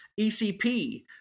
ECP